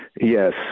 Yes